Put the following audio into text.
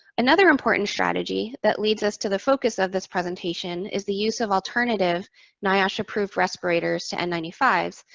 another important strategy that leads us to the focus of this presentation is the use of alternative niosh approved respirators to n nine five